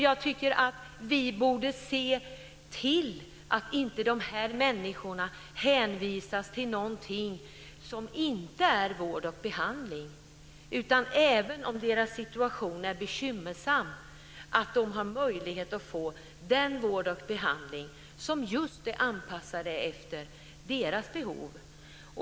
Jag tycker att vi borde se till att inte de här människorna hänvisas till någonting som inte är vård och behandling. Även om deras situation är bekymmersam bör de ha möjlighet att få den vård och behandling som är anpassade efter just deras behov.